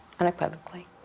unequivocally.